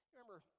Remember